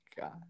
God